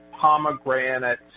pomegranate